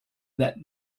that